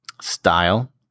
style